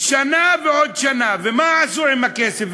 שנה ועוד שנה, ומה עשו עם הכסף?